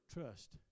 trust